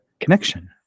connection